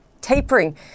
Tapering